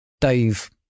Dave